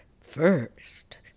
First